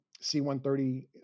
C-130